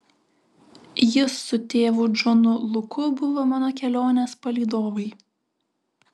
jis su tėvu džonu luku buvo mano kelionės palydovai